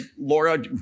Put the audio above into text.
Laura